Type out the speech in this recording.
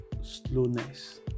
slowness